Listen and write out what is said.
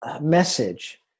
message